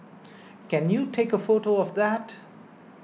can you take a photo of that